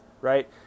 right